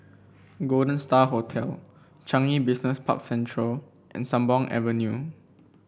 Golden Star Hotel Changi Business Park Central and Sembawang Avenue